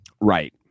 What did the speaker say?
Right